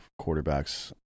quarterbacks